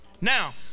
Now